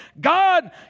God